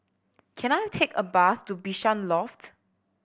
can I take a bus to Bishan Loft